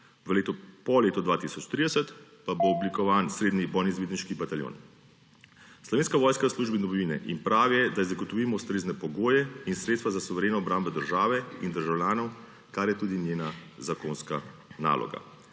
elementi. Po letu 2030 pa bo oblikovan srednji bojni izvidniški bataljon. Slovenska vojska je v službi domovine in prav je, da ji zagotovimo ustrezno pogoje in sredstva za suvereno obrambo države in državljanov, kar je tudi njena zakonska naloga.